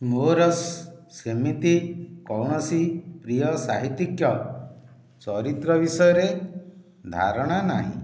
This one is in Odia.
ମୋର ସେମିତି କୌଣସି ପ୍ରିୟ ସାହିତ୍ୟିକ ଚରିତ୍ର ବିଷୟରେ ଧାରଣା ନାହିଁ